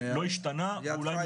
לא השתנה, אולי התארך.